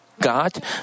God